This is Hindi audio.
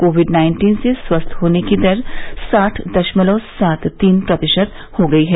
कोविड नाइन्टीन से स्वस्थ होने की दर साठ दशमलव सात तीन प्रतिशत हो गई है